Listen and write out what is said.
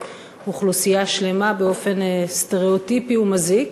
אוכלוסייה שלמה באופן סטריאוטיפי ומזיק?